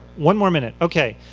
one more minute, okay.